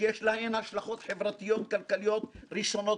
שיש להן השלכות חברתיות כלכליות ראשונות